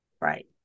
right